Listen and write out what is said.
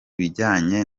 bijanye